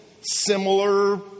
similar